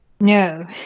No